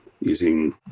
using